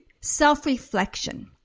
self-reflection